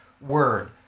Word